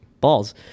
balls